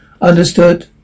understood